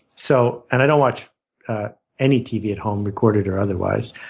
so and i don't watch any tv at home, recorded or otherwise.